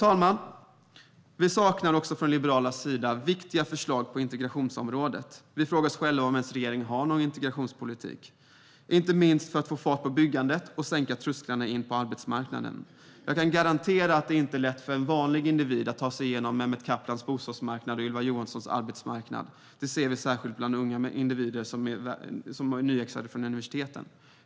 Herr talman! Från Liberalernas sida saknar vi också viktiga förslag på integrationsområdet. Vi frågar oss om regeringen ens har någon integrationspolitik. Inte minst gäller det förslag för att få fart på byggandet och sänka trösklarna in på arbetsmarknaden. Jag kan garantera att det inte är lätt för någon att ta sig igenom Mehmet Kaplans bostadsmarknad och Ylva Johanssons arbetsmarknad. Det ser vi särskilt när det gäller unga individer som är nyutexaminerade från universitetet.